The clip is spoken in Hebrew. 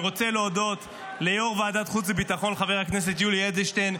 אני רוצה להודות ליו"ר ועדת החוץ והביטחון חבר הכנסת יולי אדלשטיין,